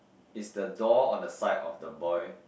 is the door on the side of the boy